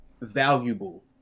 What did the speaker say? valuable